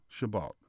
Shabbat